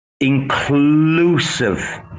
inclusive